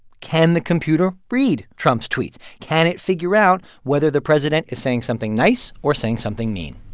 can the computer read trump's tweets? can it figure out whether the president is saying something nice or saying something mean?